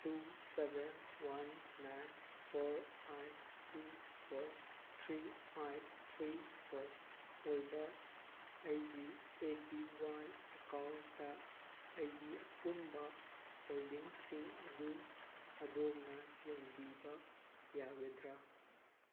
two seven one nine four eight two four three eight three four ꯑꯣꯏꯕ ꯑꯩꯒꯤ A P Y ꯑꯦꯀꯥꯎꯟꯗ ꯑꯩꯒꯤ ꯑꯄꯨꯟꯕ ꯍꯣꯜꯗꯤꯡꯁꯤꯡ ꯑꯗꯨ ꯑꯗꯣꯝꯅ ꯌꯦꯡꯕꯤꯕ ꯌꯥꯒꯗ꯭ꯔꯥ